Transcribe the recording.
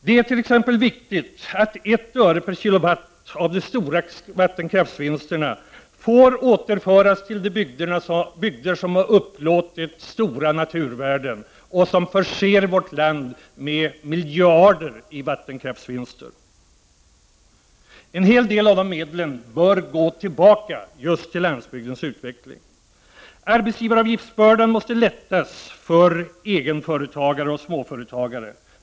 Det ärt.ex. viktigt att I öre/k Wh av de stora vattenkraftsvinsterna får återföras till de bygder som har upplåtit stora naturvärden, som förser vårt land med miljarder i vattenkraftsvinster. En hel del av de medlen bör gå tillbaka just till landsbygdens utveckling. Arbetsgivaravgiftsbördan måste lättas för egenföretagare och småföretagare.